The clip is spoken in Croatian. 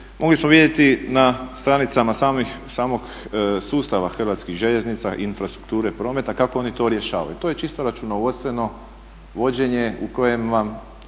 mogli smo vidjeti na stranicama samog sustava Hrvatskih željeznica, infrastrukture i prometa kako oni to rješavaju. To je čisto računovodstveno vođenje u kojem vam